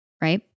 right